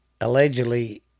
allegedly